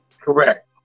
Correct